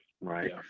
right